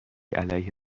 علیه